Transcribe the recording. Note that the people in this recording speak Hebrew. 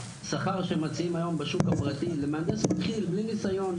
השכר שמציעים היום בשוק הפרטי למהנדס מתחיל בלי ניסיון,